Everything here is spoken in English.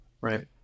Right